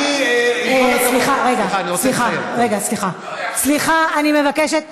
סליחה, אני מבקשת.